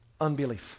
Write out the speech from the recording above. Unbelief